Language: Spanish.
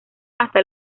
hasta